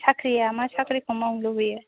साख्रिआ मा साख्रिखौ मावनो लुबैयो